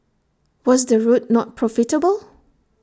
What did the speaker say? was the route not profitable